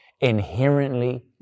inherently